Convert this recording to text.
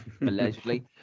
Allegedly